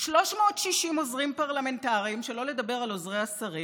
360 עוזרים פרלמנטריים, שלא לדבר על עוזרי השרים,